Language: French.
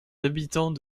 habitants